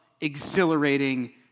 exhilarating